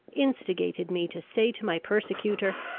instigated me to say to my persecutor,